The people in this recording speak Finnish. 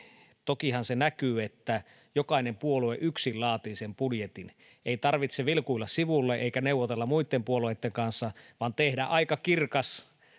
tokihan se näkyy että jokainen puolue yksin laatii sen budjetin ei tarvitse vilkuilla sivuille eikä neuvotella muitten puolueitten kanssa vaan voi tehdä